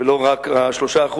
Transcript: ולא רק 3%,